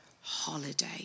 holiday